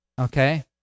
Okay